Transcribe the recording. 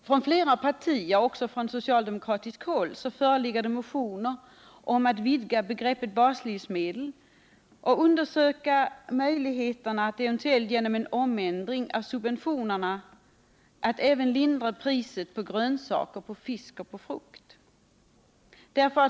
Från flera partier, också från socialdemokratiskt håll, föreligger det motioner om att vidga begreppet baslivsmedel och undersöka möjligheterna att eventuellt genom ändring av subventionerna även lindra priset på grönsaker, fisk och frukt.